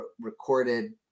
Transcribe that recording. recorded